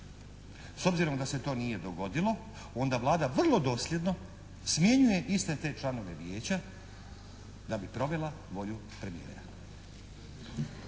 S obzirom da se to nije dogodilo onda Vlada vrlo dosljedno smjenjuje iste te članove vijeća da bi provela volju premijera.